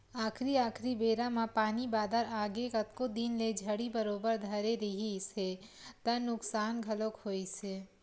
आखरी आखरी बेरा म पानी बादर आगे कतको दिन ले झड़ी बरोबर धरे रिहिस हे त नुकसान घलोक होइस हे